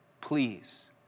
please